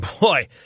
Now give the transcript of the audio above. Boy